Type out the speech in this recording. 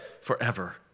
forever